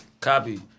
Copy